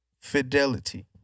Fidelity